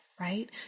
right